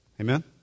Amen